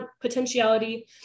potentiality